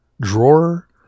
drawer